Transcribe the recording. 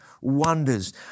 wonders